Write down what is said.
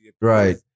Right